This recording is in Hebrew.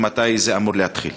ומתי זה אמור להתחיל?